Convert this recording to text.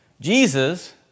Jesus